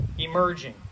Emerging